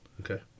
Okay